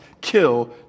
kill